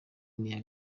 n’iya